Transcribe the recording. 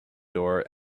door